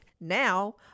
now